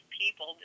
people